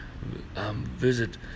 Visit